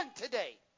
today